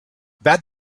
that